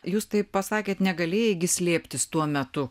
jūs taip pasakėt negalėjai gi slėptis tuo metu